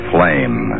Flame